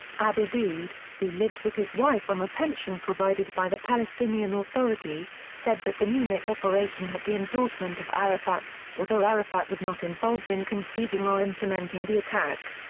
abu daoud, who lived with his wife on a pension provided by the palestinian authority, said that the munich operation had the endorsement of arafat, although arafat was not involved in conceiving or implementing the attack.